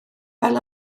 fel